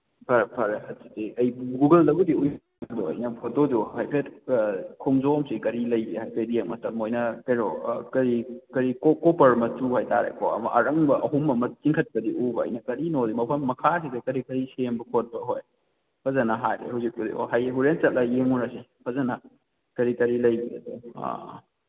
ꯐꯔꯦ ꯐꯔꯦ ꯑꯗꯨꯗꯤ ꯑꯩ ꯒꯨꯒꯜꯗꯕꯨꯗꯤ ꯎꯏ ꯑꯗꯨ ꯑꯩꯅ ꯐꯣꯇꯣꯁꯨ ꯍꯥꯏꯐꯦꯠ ꯈꯣꯡꯖꯣꯝꯁꯤ ꯀꯔꯤ ꯂꯩꯒꯦ ꯍꯥꯏꯐꯦꯠ ꯌꯦꯡ ꯃꯇꯝꯗ ꯃꯣꯏꯅ ꯀꯩꯅꯣ ꯀꯔꯤ ꯀꯔꯤ ꯀꯣꯄꯔ ꯃꯆꯨ ꯍꯥꯏ ꯇꯥꯔꯦꯀꯣ ꯑꯔꯪꯕ ꯑꯍꯨꯝ ꯑꯃ ꯆꯤꯡꯈꯠꯄꯗꯤ ꯎꯕ ꯑꯩꯅ ꯀꯔꯤꯅꯣꯗꯤ ꯃꯐꯝ ꯃꯈꯥꯁꯤꯗ ꯀꯔꯤ ꯀꯔꯤ ꯁꯦꯝꯕ ꯈꯣꯠꯄ ꯍꯣꯏ ꯐꯖꯅ ꯍꯥꯏꯔꯦ ꯍꯧꯖꯤꯛꯄꯨꯗꯤ ꯑꯣ ꯍꯌꯦꯡ ꯍꯣꯔꯦꯟ ꯆꯠꯂꯒ ꯌꯦꯡꯉꯨꯔꯁꯤ ꯐꯖꯅ ꯀꯔꯤ ꯀꯔꯤ ꯂꯩꯕꯅꯣ ꯑꯥ ꯑꯥ